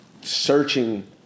searching